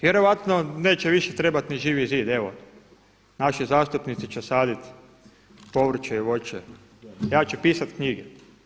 Vjerojatno neće više trebati ni Živi zid, naši zastupnici će saditi povrće i voće, ja ću pisati knjige.